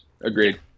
Agreed